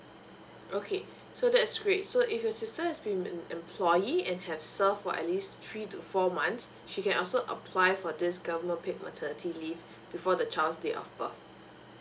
okay so that's great so if your sister's been an employee and have serve for at least three to four months she can also apply for this government paid maternity leave before the child's date of birth